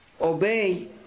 obey